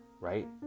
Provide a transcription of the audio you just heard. right